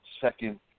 second